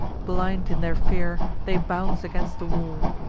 blind in their fear, they bounce against the wall,